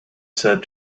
said